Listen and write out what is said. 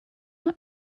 not